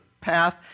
path